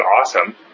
awesome